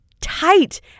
tight